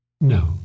No